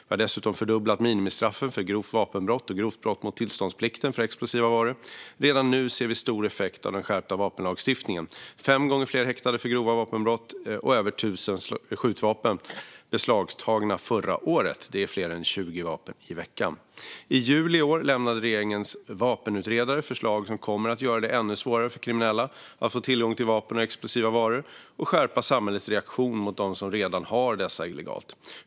Vi har dessutom fördubblat minimistraffen för grovt vapenbrott och grovt brott mot tillståndsplikten för explosiva varor. Redan nu ser vi stor effekt av den skärpta vapenlagstiftningen: fem gånger fler häktade för grova vapenbrott och över 1 000 skjutvapen beslagtagna förra året. Det är fler än 20 vapen i veckan. I juli i år lämnade regeringens vapenutredare förslag som kommer att göra det ännu svårare för kriminella att få tillgång till vapen och explosiva varor och som kommer att skärpa samhällets reaktion mot dem som redan har dessa illegalt.